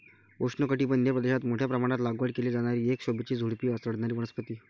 उष्णकटिबंधीय प्रदेशात मोठ्या प्रमाणात लागवड केली जाणारी एक शोभेची झुडुपी चढणारी वनस्पती